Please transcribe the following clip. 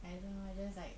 I don't know I just like